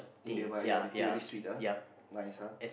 Indian one yeah the teh very sweet ah nice ah